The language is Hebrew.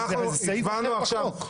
אבל זה סעיף אחר בחוק.